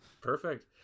Perfect